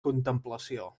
contemplació